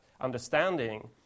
understanding